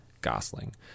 Gosling